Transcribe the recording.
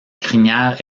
crinière